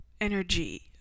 energy